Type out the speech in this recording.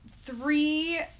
three